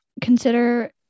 consider